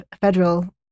federal